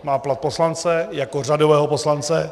Má plat poslance jako řadového poslance.